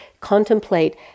contemplate